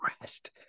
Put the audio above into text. rest